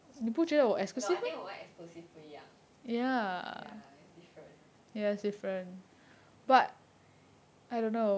I think 我们 exclusive 不一样 ya it's different